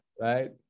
right